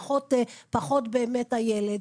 פחות באמת הילד.